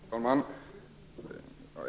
Fru talman!